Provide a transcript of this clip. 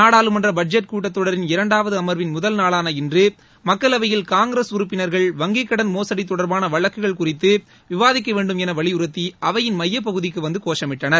நாடாளுமன்ற பட்ஜெட் கூட்டத்தொடரின் இரண்டாவது அமர்வின் முதல் நாளான இன்று மக்களவையில் காங்கிரஸ் உறுப்பினர்கள் வங்கிக் கடன் மோசடி தொடர்பான வழக்குகள் குறித்து விவாதிக்க வேண்டும் என வலியுறுத்தி அவையின் மையப் பகுதிக்கு வந்து கோஷமிட்டனர்